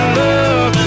love